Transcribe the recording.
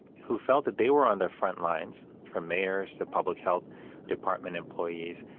who felt that they were on their front lines, from mayors, to public health department employees.